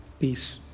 peace